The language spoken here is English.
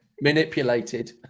manipulated